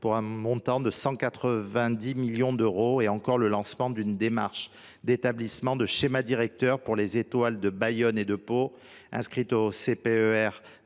pour un montant de 190 millions d’euros, ou encore le lancement d’une démarche d’établissement de schéma directeur pour les étoiles de Bayonne et de Pau, inscrit au